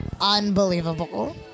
unbelievable